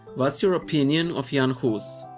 what's your opinion of jan hus?